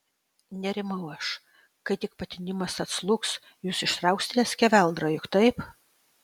nerimau aš kai tik patinimas atslūgs jūs ištrauksite skeveldrą juk taip